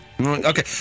Okay